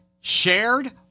shared